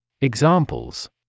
Examples